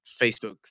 Facebook